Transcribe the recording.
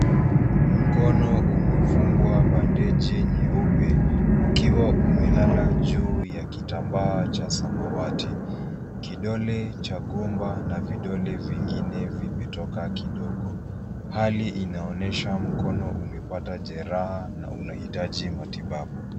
Mkono umefungwa bandeji nyeupe ukiwa umelala juu ya kitambaa cha samawati. Kidole cha gumba na vidole vingine vimetoka kidogo. Hali inaonyesha mkono umepata jeraha na unahitaji matibabu.